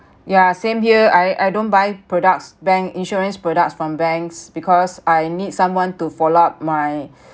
yeah same here I I don't buy products bank insurance products from banks because I need someone to follow up my